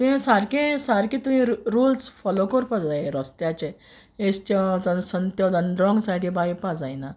तुयें सारकें सारकें तुयें रुल्स फोलो कोरपा जाये रोस्त्याचे एशी वोसोन त्यावटेन रोंग सायडी बा येवपा जायना